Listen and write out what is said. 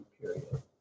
period